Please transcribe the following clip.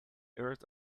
earth